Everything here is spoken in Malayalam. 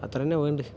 അത്രന്നേ വേണ്ടൂ